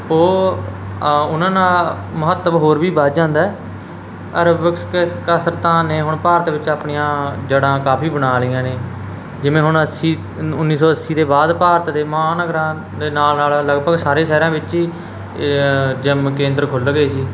ਉਹ ਆ ਉਹਨਾਂ ਨਾਲ ਮਹੱਤਵ ਹੋਰ ਵੀ ਵੱਧ ਜਾਂਦਾ ਐਰੋਬਿਕਸ ਕਸ ਕਸਰਤਾਂ ਨੇ ਹੁਣ ਭਾਰਤ ਵਿੱਚ ਆਪਣੀਆਂ ਜੜ੍ਹਾਂ ਕਾਫੀ ਬਣਾ ਲਈਆਂ ਨੇ ਜਿਵੇਂ ਹੁਣ ਅੱਸੀ ਉੱਨੀ ਸੌ ਅੱਸੀ ਦੇ ਬਾਅਦ ਭਾਰਤ ਦੇ ਮਹਾਂਨਗਰਾਂ ਦੇ ਨਾਲ ਨਾਲ ਲਗਭਗ ਸਾਰੇ ਸ਼ਹਿਰਾਂ ਵਿੱਚ ਹੀ ਜਿੰਮ ਕੇਂਦਰ ਖੁੱਲ੍ਹ ਗਏ ਸੀ